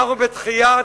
אנחנו, בדחיית